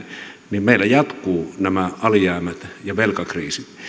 niin meillä jatkuvat nämä alijäämät ja velkakriisit